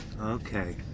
Okay